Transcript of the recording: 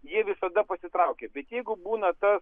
jie visada pasitraukia bet jeigu būna tas